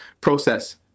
Process